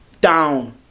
down